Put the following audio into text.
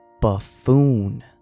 buffoon